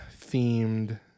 themed